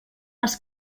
les